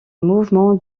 mouvement